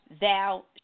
Thou